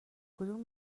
کدوم